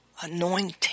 anointing